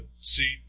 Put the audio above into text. see